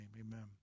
Amen